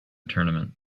tournament